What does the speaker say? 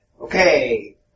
Okay